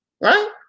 Right